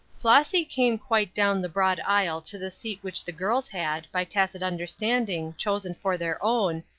flossy came quite down the broad aisle to the seat which the girls had, by tacit understanding, chosen for their own,